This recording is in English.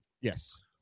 Yes